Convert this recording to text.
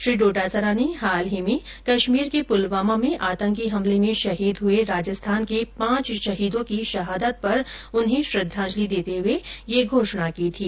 श्री डोटासरा ने हाल ही में कश्मीर के पुलवामा में आतंकी हमले में शहीद हुए राजस्थान के पांच शहीदों की शहादत पर उन्हें श्रद्वांजलि देते हुए यह घोषणा की थी